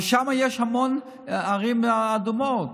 אבל שם יש המון ערים אדומות,